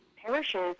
parishes